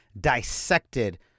dissected